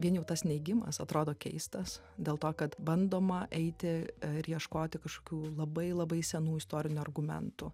vien jau tas neigimas atrodo keistas dėl to kad bandoma eiti ir ieškoti kažkokių labai labai senų istorinių argumentų